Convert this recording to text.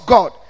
God